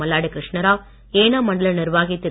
மல்லாடி கிருஷ்ணாராவ் ஏனாம் மண்டல நிர்வாகி திரு